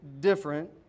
different